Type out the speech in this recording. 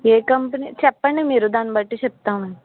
ఏ company చెప్పండి మీరు దాన్ని బట్టి చెప్తాము